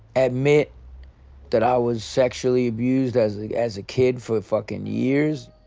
admit that i was sexually abused as like as a kid for fucking years?